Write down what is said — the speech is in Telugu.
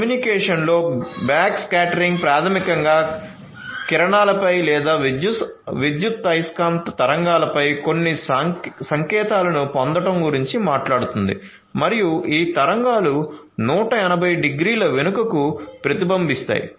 కమ్యూనికేషన్లో బ్యాక్స్కాటరింగ్ ప్రాథమికంగా కిరణాలపై లేదా విద్యుదయస్కాంత తరంగాలపై కొన్ని సంకేతాలను పొందడం గురించి మాట్లాడుతుంది మరియు ఈ తరంగాలు 180 డిగ్రీల వెనుకకు ప్రతిబింబిస్తాయి